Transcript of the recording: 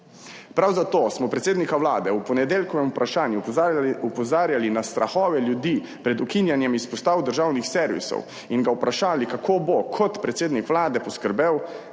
Prav zato smo predsednika Vlade v ponedeljkovem vprašanju opozarjali na strahove ljudi pred ukinjanjem izpostav državnih servisov in ga vprašali, kako bo kot predsednik Vlade poskrbel,